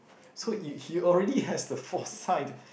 so you he already has the foresight